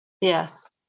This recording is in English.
Yes